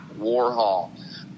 Warhol